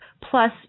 Plus